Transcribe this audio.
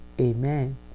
Amen